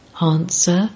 Answer